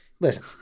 listen